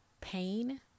pain